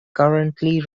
currently